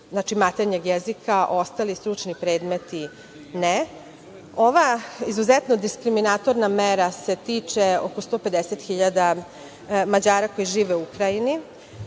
maternjeg jezika ostali stručni predmeti ne. Ova izuzetno dikriminatorna mera se tiče oko 150 hiljada Mađara koji žive u Ukrajini.